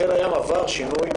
רואים איך חיל הים עבר שינוי.